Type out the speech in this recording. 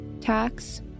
tax